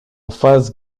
phase